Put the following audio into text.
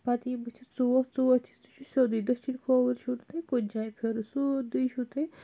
پَتہٕ یِیہِ بٕتھِ ژُوت ژُوُتس تہِ چھِ سیٚودُے دٔچھِنۍ کھوُرٕۍ چھُو نہٕ تۄہہِ کُنہِ جایہِ پھیرُن سیٚودُے چھُو تۄہہِ